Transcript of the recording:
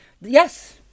Yes